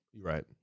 Right